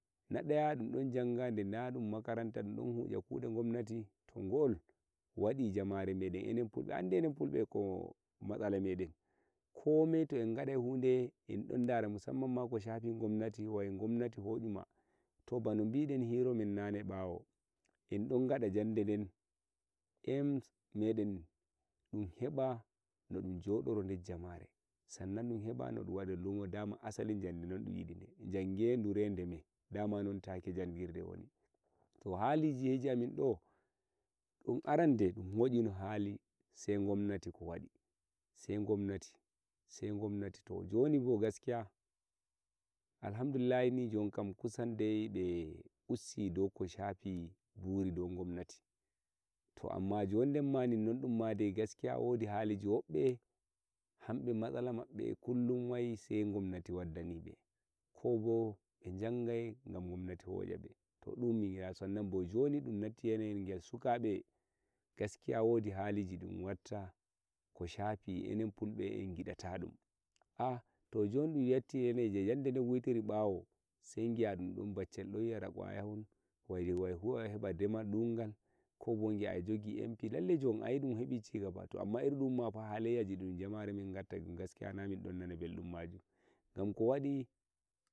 Ne ɗeya ɗunɗon janga de na ɗum makaranta ɗum don hosha kuɗe gomnati to gol waɗi jamare meɗen enin a andi enen aandi enen pulbe ko matsala meɗen ko mai to en gadai hude enɗon dara musamman ma ko shafii gomnati hoshuma to bano biɗen hiromen naneɗo ɓawo endon waɗa yandeden irin meɗen ɗunheɓi no ɗun joɗoro der jamare sannan ɗun heɓa no ɗun joɗoro e leƴol wada lumo dama asalin jandi non dun yidi en jange dure dumedama non take jangirde woni to haliji heji emin don dun arende dun hebi hali sai gomnati ko wadi sai gomnati to jonibo gaskiya gaskiya alhamdulillahi jonikam kusan dei be usti dou ko shafi buri dau gomnati to amma jondemma dai gaskiya wodi haliji to amma jondemma jondenma dai gaskiya haliji wobbe hebbe matsala mabbe dun wai sai gomnati wadda nibe ko bo be jangai gan gomnati to hochebe sannan an bo dun natti yanayi sukabe gaskiya wodi haliji dun watta ko shafii enan enen fulbe en gidata ah to jon dun hetti enangi bawo sai ngiya dun baccel non yare kwaya huwa heba demal dungal kobo gia eh jogiempi lallai jon dun hebi cigaba to amma irin dun mafa halayyaji dunjamare min gatta gaskiya na min donnana beldum yan gam kowadi.